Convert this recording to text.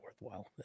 worthwhile